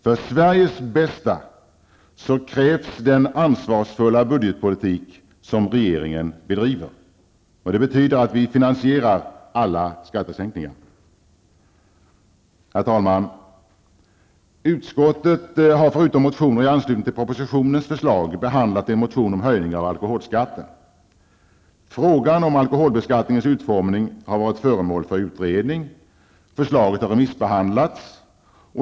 För Sveriges bästa krävs den ansvarsfulla budgetpolitik som regeringen bedriver, vilket betyder att alla skattesänkningar finansieras. Herr talman! Utskottet har förutom motioner i anslutning till propositionens förslag behandlat en motion om höjning av alkoholskatten. Frågan om alkoholbeskattningens utformning har varit föremål för utredning. Förslaget har remissbehandlats.